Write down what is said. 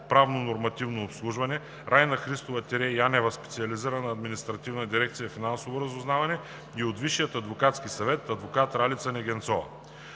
„Правно-нормативно обслужване“, Райна Христова-Янева – Специализирана административна дирекция „Финансово разузнаване“, и от Висшия адвокатски съвет – адвокат Ралица Негенцова.